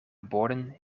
borden